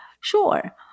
sure